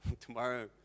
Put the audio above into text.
Tomorrow